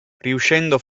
riuscendo